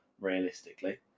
realistically